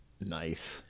Nice